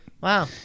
Wow